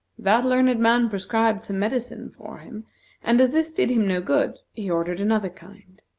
that learned man prescribed some medicine for him and as this did him no good, he ordered another kind.